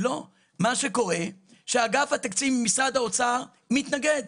מה שקורה שאגף התקציבים ממשרד האוצר מתנגד.